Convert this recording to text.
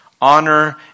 Honor